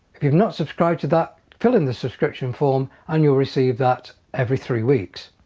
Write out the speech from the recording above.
if you've not subscribed to that fill in the subscription form and you'll receive that every three weeks.